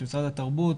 של משרד התרבות,